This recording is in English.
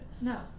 No